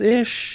ish